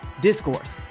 discourse